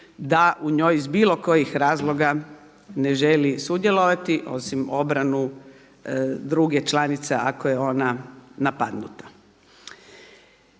da u njoj iz bilo kojih razloga ne želi sudjelovati osim obranu druge članice kao je ona napadnuta.